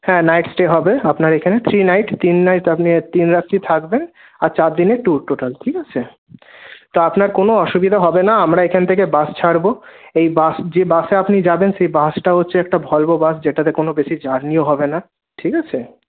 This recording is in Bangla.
হ্যাঁ নাইট স্টে হবে আপনার এখানে থ্রি নাইট তিন নাইট আপনি তিন রাত্রি থাকবেন আর চারদিনের ট্যুর টোটাল ঠিক আছে তো আপনার কোনো অসুবিধা হবেনা আমরা এখান থেকে বাস ছাড়ব এই বাস যে বাসে আপনি যাবেন সেই বাসটা হচ্ছে একটা ভলভো বাস যেটাতে কোনো বেশি জার্নিও হবে না ঠিক আছে